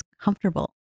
comfortable